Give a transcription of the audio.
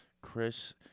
Chris